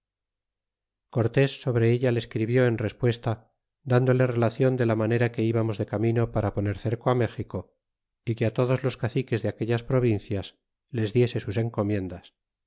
cortés sobre ella le escribió en respuesta dándole relacion de la manera que íbamos de camino para poner cerco a méxico y que todos los caciques de aquellas provincias les diese sus encomiendas